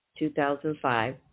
2005